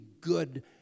good